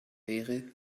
wäre